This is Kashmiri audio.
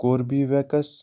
کوربی ویٚکس